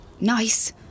Nice